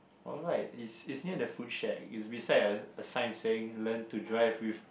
alright is is near the food shack it's beside a sign saying learn to drive with